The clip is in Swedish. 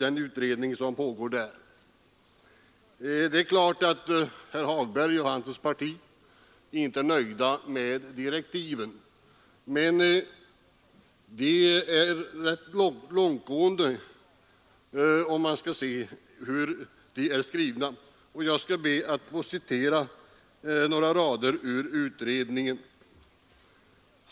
En utredning pågår om denna. Det är klart att herr Hagberg och hans parti inte är nöjda med direktiven men, om man studerar hur de är skrivna är de rätt långtgående. Jag skall be att få citera några rader ur direktiven för denna utredning.